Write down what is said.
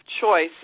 choice